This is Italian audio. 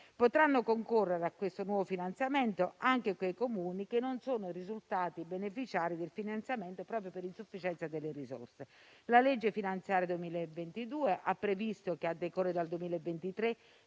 Potranno concorrere a questo nuovo finanziamento anche quei Comuni che non sono risultati beneficiari del finanziamento proprio per insufficienza delle risorse. La legge di bilancio 2022 ha previsto che, a decorrere dal 2023,